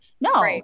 No